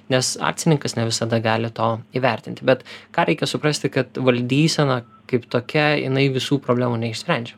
nes akcininkas ne visada gali to įvertinti bet ką reikia suprasti kad valdysena kaip tokia jinai visų problemų neišsprendžia